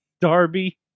Darby